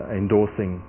endorsing